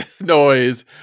noise